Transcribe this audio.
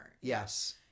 Yes